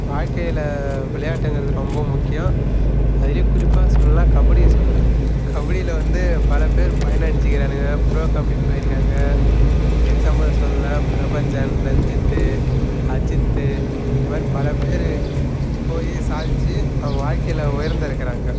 வாழ்கையில் விளையாட்டுங்கிறது ரொம்ப முக்கியம் அதிலயே குறிப்பாக சொல்லணும்னா கபடியை சொல்லலாம் கபடியில வந்து பல பேர் பயனடைஞ்சுருக்கானுக ப்ரோ கபடி போயிருக்காங்க எக்ஸாம்ப்புலாக சொல்லணும்னா பிரபஞ்சன் ரஞ்சித் அஜித் இந்த மாதிரி பலப்பேர் போய் சாதிச்சு அவங்க வாழ்க்கையில உயர்ந்திருக்குறாங்க